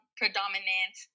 predominant